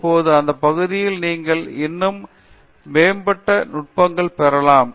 இப்போது அந்த பகுதியில் நீங்கள் இன்னும் மேம்பட்ட நுட்பங்கள் பெறலாம்